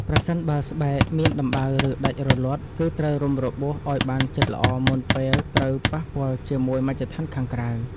ប្រសិនបើស្បែកមានដំបៅ ឬដាច់រលាត់ គឺត្រូវរុំរបួសឱ្យបានជិតល្អមុនពេលត្រូវប៉ះពាល់ជាមួយមជ្ឈដ្ឋានខាងក្រៅ។